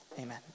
Amen